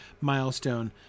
milestone